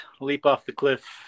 leap-off-the-cliff